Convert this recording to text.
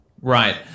Right